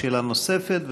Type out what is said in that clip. שאלה נוספת,